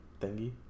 thingy